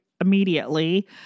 immediately